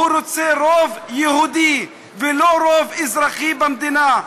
הוא רוצה רוב יהודי ולא רוב אזרחי במדינה,